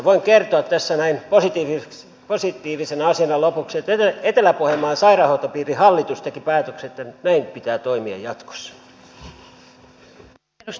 voin kertoa tässä näin positiivisena asiana lopuksi että etelä pohjanmaan sairaanhoitopiirin hallitus teki päätöksen että näin pitää toimia jatkossa